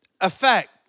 effect